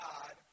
God